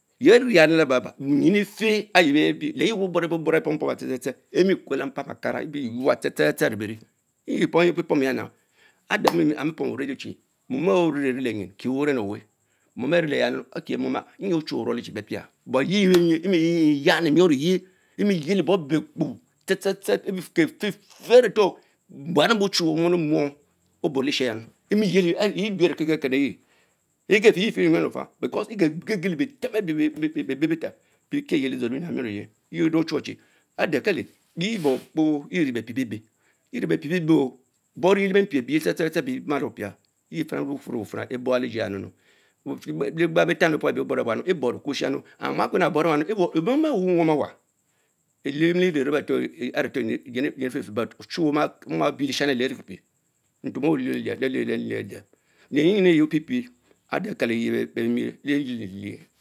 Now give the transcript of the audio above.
Yeh rie rieya Laba-ba-laba nyin efeh ayie bee bie yie bobova ebobora emie kuel le mpam akars wot wah the the tsel eyuo yuor arie bierien, adeh amie pom Chie weh are vierie lenyin kie wnen owen, mom eh ne leys akie mom ah emp ochhuwe orude because pepia but yeh emi yani mion eych, enieveli bom ebee behlkpo the the egefefen avetor, buan ebe echuwe omuonimoms lesheya에서 Ibie ave Kie Kekerenie, regefen yeh fer enyam lenafah egegelebitem ebi, be bee bewustem abee kich yeh dzor lebeyam minor oyen, yeh meh ochnwe chie ade Tebomkpo eie be pie bebek eve beh pie bee ben, boreye le bempi tse tse tse ebemalopia yefinanu lebufurr ebufina eborrya, lebegbang betani bepual ebee borr ekubishi, mand murkwe ah ah ebonya leome awch eborba awa, eles emeleyie rebres. avetor myn efch fer but ochun oma bien leshani clien avike pie tumewe bellisen eye ade le myjum ngiun eye ariki pie pie ade keleye bemie le lene elue